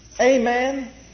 Amen